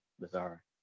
bizarre